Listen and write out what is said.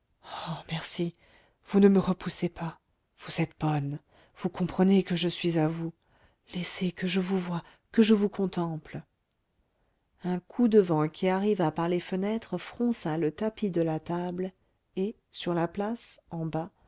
merci vous ne me repoussez pas vous êtes bonne vous comprenez que je suis à vous laissez que je vous voie que je vous contemple un coup de vent qui arriva par les fenêtres fronça le tapis de la table et sur la place en bas